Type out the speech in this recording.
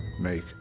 make